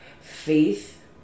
faith